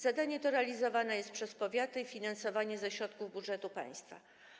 Zadanie to realizowane jest przez powiaty i finansowane jest ze środków budżetu państwa.